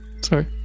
Sorry